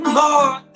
more